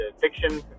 fiction